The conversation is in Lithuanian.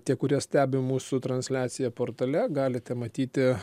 tie kurie stebi mūsų transliaciją portale galite matyti